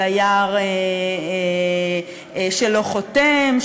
דייר שלא חותם,